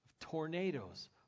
tornadoes